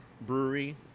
brewery